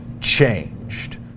changed